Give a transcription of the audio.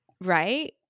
Right